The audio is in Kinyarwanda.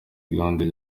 igihugu